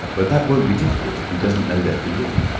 but that won't be difficult, if he doesn't know they're for you.